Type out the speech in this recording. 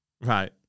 Right